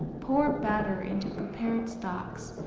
pour batter into prepared stocks.